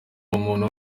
umuntu